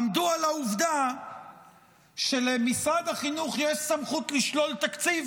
עמדו על העובדה שלמשרד החינוך יש סמכות לשלול תקציב